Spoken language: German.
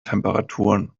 temperaturen